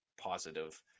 positive